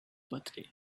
birthday